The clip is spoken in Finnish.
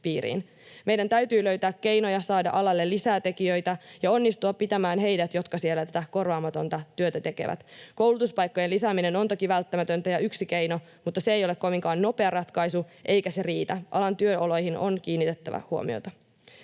Meidän täytyy löytää keinoja saada alalle lisää tekijöitä ja onnistua pitämään heidät, jotka siellä tätä korvaamatonta työtä tekevät. Koulutuspaikkojen lisääminen on toki välttämätöntä ja yksi keino, mutta se ei ole kovinkaan nopea ratkaisu, eikä se riitä. Alan työoloihin on kiinnitettävä huomiota.